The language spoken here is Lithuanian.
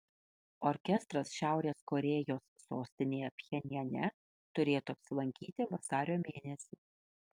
orkestras šiaurės korėjos sostinėje pchenjane turėtų apsilankyti vasario mėnesį